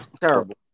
Terrible